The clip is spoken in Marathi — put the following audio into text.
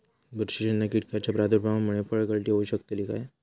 बुरशीजन्य कीटकाच्या प्रादुर्भावामूळे फळगळती होऊ शकतली काय?